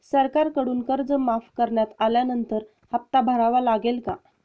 सरकारकडून कर्ज माफ करण्यात आल्यानंतर हप्ता भरावा लागेल का?